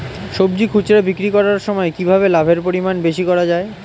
সবজি খুচরা বিক্রি করার সময় কিভাবে লাভের পরিমাণ বেশি করা যায়?